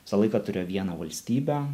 visą laiką turėjo vieną valstybę